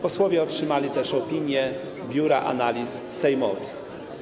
Posłowie otrzymali też opinie Biura Analiz Sejmowych.